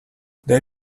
they